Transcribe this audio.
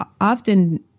often